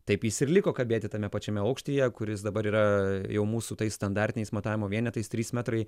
taip jis ir liko kabėti tame pačiame aukštyje kuris dabar yra jau mūsų tai standartiniais matavimo vienetais trys metrai